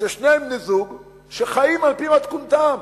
ששני בני-זוג שחיים על-פי מתכונתם,